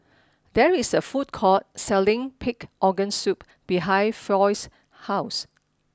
there is a food court selling Pig Organ Soup behind Foy's house